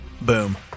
Boom